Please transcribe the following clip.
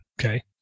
Okay